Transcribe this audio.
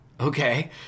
Okay